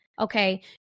okay